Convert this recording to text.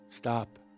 Stop